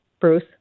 Bruce